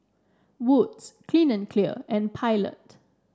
Wood's Clean and Clear and Pilot